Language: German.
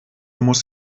muss